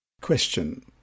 Question